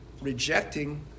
rejecting